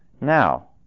Now